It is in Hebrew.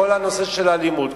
כל הנושא של האלימות,